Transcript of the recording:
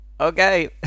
okay